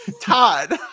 todd